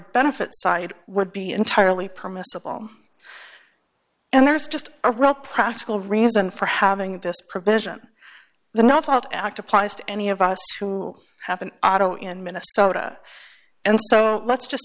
benefit side would be entirely permissible and there's just a real practical reason for having this provision the not act applies to any of us who have an auto in minnesota and so let's just